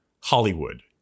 Hollywood